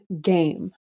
game